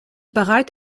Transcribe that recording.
bereit